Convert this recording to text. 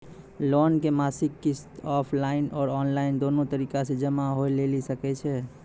Loan के मासिक किस्त ऑफलाइन और ऑनलाइन दोनो तरीका से जमा होय लेली सकै छै?